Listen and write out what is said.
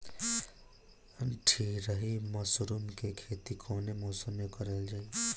ढीघरी मशरूम के खेती कवने मौसम में करल जा?